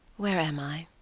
where am i?